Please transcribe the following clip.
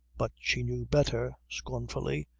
but she knew better, scornfully.